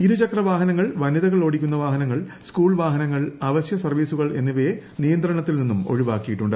ഇരുചക്ര വാഹനങ്ങൾ വനിതകൾ ഓടിക്കുന്ന വാഹനങ്ങൾ സ്കൂൾ വാഹനങ്ങൾ അവശ്യ സർവ്വീസുകൾ എന്നിവയെ നിയന്ത്രണത്തിൽ നിന്ന് ഒഴിവാക്കിയിട്ടുണ്ട്